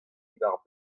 diwar